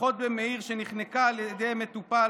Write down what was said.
אחות במאיר שנחנקה על ידי מטופל